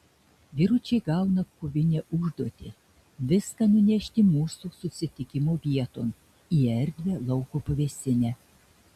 vyručiai gauna kovinę užduotį viską nunešti mūsų susitikimo vieton į erdvią lauko pavėsinę